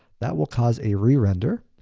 that will cause a re-render,